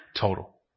total